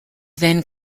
then